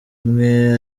umwe